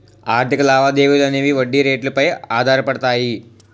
ఆర్థిక లావాదేవీలు అనేవి వడ్డీ రేట్లు పై ఆధారపడతాయి